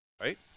right